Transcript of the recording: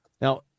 Now